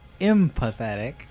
empathetic